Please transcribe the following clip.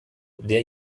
der